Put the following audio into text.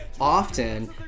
often